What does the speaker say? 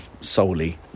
solely